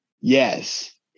Yes